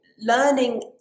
learning